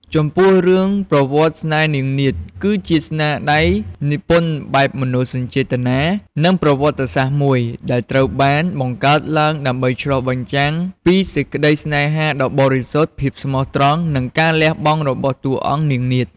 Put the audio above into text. ចំពោះរឿងប្រវត្តិស្នេហ៍នាងនាថគឺជាស្នាដៃនិពន្ធបែបមនោសញ្ចេតនា និងប្រវត្តិសាស្ត្រមួយ ដែលត្រូវបានបង្កើតឡើងដើម្បីឆ្លុះបញ្ចាំងពីសេចក្តីស្នេហាដ៏បរិសុទ្ធ ភាពស្មោះត្រង់ និងការលះបង់របស់តួអង្គនាងនាថ ។